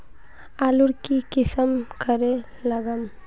आलूर की किसम करे लागम?